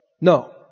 No